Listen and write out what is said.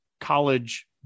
college